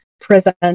present